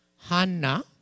Hanna